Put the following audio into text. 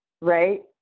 right